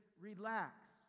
relax